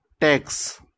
tax